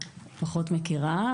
אני פחות מכירה את זה.